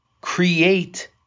create